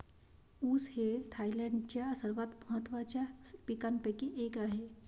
ऊस हे थायलंडच्या सर्वात महत्त्वाच्या पिकांपैकी एक आहे